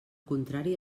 contrari